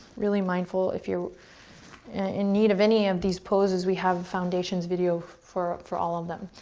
really mindful. if you're in need of any of these poses, we have a foundations video for for all of them.